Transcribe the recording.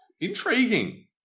Intriguing